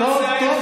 דרך אגב,